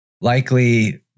likely